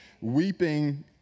weeping